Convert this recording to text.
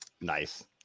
nice